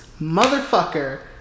motherfucker